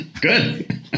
Good